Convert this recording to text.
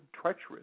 treacherous